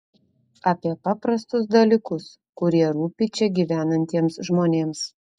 apie paprastus dalykus kurie rūpi čia gyvenantiems žmonėms